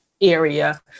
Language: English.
area